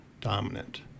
dominant